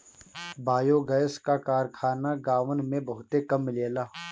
biogas क कारखाना गांवन में बहुते कम मिलेला